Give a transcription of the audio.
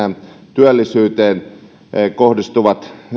työllisyyteen kohdistuvat